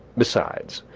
besides,